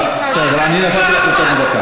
אני נתתי לך יותר מדקה.